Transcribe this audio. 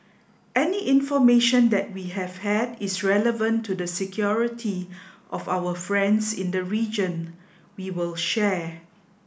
any information that we have had that is relevant to the security of our friends in the region we will share